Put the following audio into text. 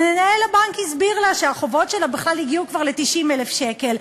מנהל הבנק הסביר לה שהחובות שלה בכלל הגיעו כבר ל-90,000 שקל,